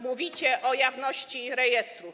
Mówicie o jawności rejestru.